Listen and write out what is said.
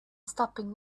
stopping